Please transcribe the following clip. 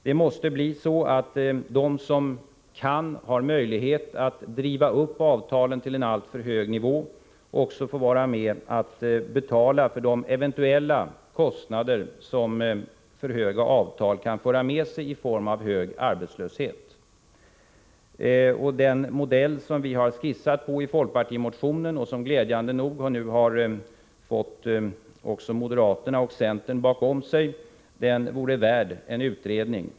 Det måste bli så, att de som har möjlighet att driva upp avtalen till en alltför hög nivå också får vara med om att betala för de eventuella kostnader som för höga avtal kan föra med sig i form av stor arbetslöshet. Den modell som vi har skissat på i folkpartimotionen, och som glädjande nog nu har fått också moderaterna och centern bakom sig, vore värd en utredning.